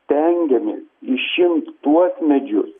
stengiamės išimt tuos medžius